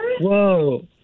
Whoa